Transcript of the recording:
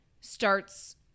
starts